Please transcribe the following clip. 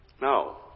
no